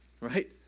Right